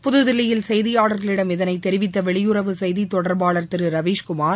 புதுதில்லியில் செய்தியாளர்களிடம் இதளைத் தெரிவித்த வெளியுறவு செய்தித் தொடர்பாளர் திரு ரவீஷ்குமார்